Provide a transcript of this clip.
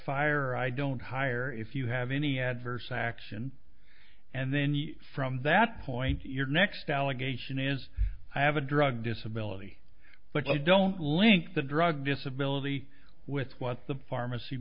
fire i don't hire if you have any adverse action and then from that point your next allegation is i have a drug disability but you don't link the drug disability with what the pharmacy